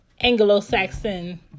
anglo-saxon